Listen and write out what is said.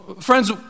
Friends